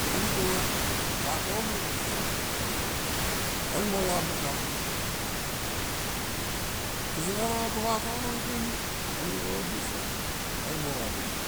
Mo nani tonga vatono so siam kamui mo va buka, kese ne ro na to vatono kekeni, mo nani no manga me bir siam kamui mo ra buka.